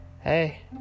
hey